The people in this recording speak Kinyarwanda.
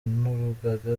n’urugaga